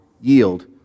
yield